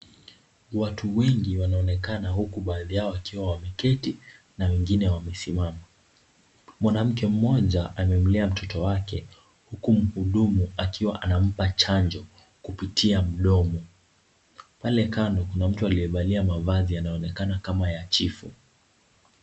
Watu wengi wanaonekana huku baadhi yao wakiwa wameketi na wengine wamesimama. Mwanammke mmoja amemlea mtoto wake huku mhudumu akiwa anampa chanjo kupitia mdomo Pale kando, kuna mtu aliyevalia mavazi kama ya chifu.